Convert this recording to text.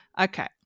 Okay